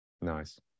Nice